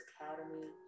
Academy